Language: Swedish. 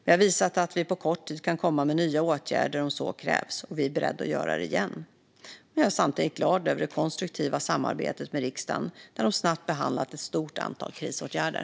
Vi har visat att vi på kort tid kan komma med nya åtgärder om så krävs, och vi är beredda att göra det igen. Jag är samtidigt glad över det konstruktiva samarbetet med riksdagen, där den snabbt behandlat ett stort antal krisåtgärder.